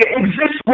exist